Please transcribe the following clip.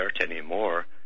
anymore